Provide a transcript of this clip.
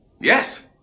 Yes